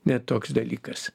net toks dalykas